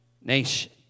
nation